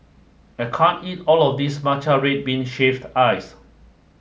I can't eat all of this Matcha Red Bean Shaved Ice